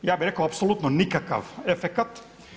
Ja bih rekao apsolutno nikakav efekat.